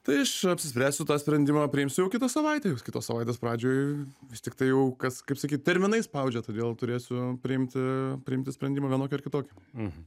tai aš apsispręsiu tą sprendimą priimsiu jau kitą savaitę jau kitos savaitės pradžioj vis tik tai jau kas kaip sakyt terminai spaudžia todėl turėsiu priimti priimti sprendimą vienokį ar kitokį